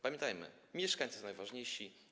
Pamiętajmy, mieszkańcy są najważniejsi.